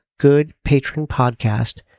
goodpatronpodcast